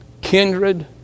kindred